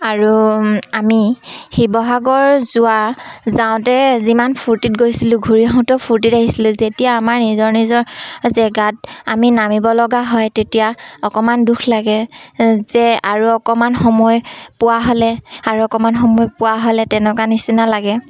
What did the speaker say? আৰু আমি শিৱসাগৰ যোৱা যাওঁতে যিমান ফূৰ্তিত গৈছিলোঁ ঘূৰি আহোঁতেও ফূৰ্তিত আহিছিলোঁ যেতিয়া আমাৰ নিজৰ নিজৰ জেগাত আমি নামিব লগা হয় তেতিয়া অকণমান দুখ লাগে যে আৰু অকণমান সময় পোৱা হ'লে আৰু অকণমান সময় পোৱা হ'লে তেনেকুৱা নিচিনা লাগে